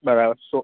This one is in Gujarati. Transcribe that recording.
બરાબર સો